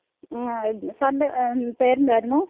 ആ സാറിന്റെ പേരെന്തായിരുന്നു